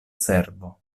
servo